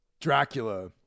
Dracula